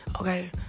Okay